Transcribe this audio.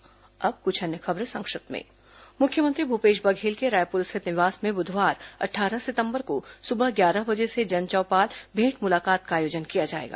संक्षिप्त समाचार अब कुछ अन्य खबरें संक्षिप्त में मुख्यमंत्री भूपेश बघेल के रायपुर स्थित निवास में बुधवार अट्ठारह सितम्बर को सुबह ग्यारह बजे से जनचौपाल भेंट मुलाकात का आयोजन किया जाएगा